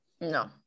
no